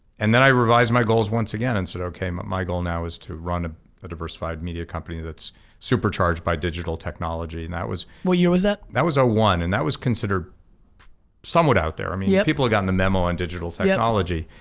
and then i revised my goals once again and said okay, my my goal now is to run a diversified media company that's supercharged by digital technology, and that was what year was that? that was ah one, and that was considered somewhat out there, i mean, yeah people had gotten the memo on digital technology,